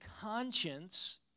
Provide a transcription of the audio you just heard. conscience